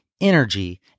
energy